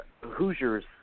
Hoosiers